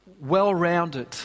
well-rounded